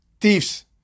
thieves